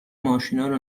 ماشینارو